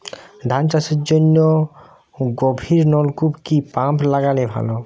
ধান চাষের জন্য গভিরনলকুপ কি পাম্প লাগালে ভালো?